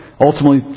ultimately